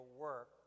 work